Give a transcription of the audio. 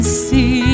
see